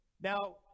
Now